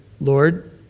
Lord